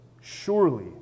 surely